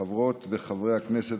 חברות וחברי הכנסת,